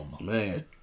Man